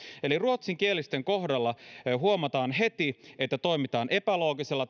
eli ruotsinkielisten kohdalla huomataan heti että toimitaan epäloogisella